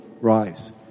rise